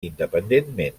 independentment